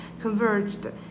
converged